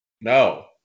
no